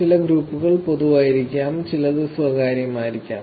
ചില ഗ്രൂപ്പുകൾ പൊതുവായിരിക്കാം ചിലത് സ്വകാര്യമായിരിക്കാം